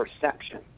perception